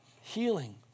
healing